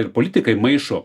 ir politikai maišo